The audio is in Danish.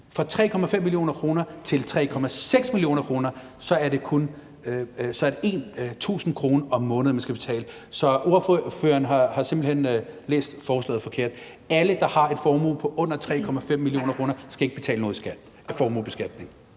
fra 3,5 mio. kr. til 3,6 mio. kr. er det kun 1.000 kr. om måneden, man skal betale. Så ordføreren har simpelt hen læst forslaget forkert. Alle, der har en formue på under 3,5 mio. kr., skal ikke betale noget i formueskat.